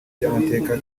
by’amateka